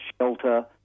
shelter